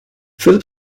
philip